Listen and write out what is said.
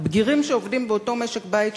הבגירים שעובדים באותו משק בית,